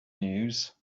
news